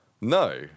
no